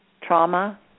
trauma